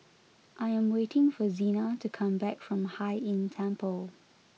I am waiting for Zena to come back from Hai Inn Temple